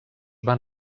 van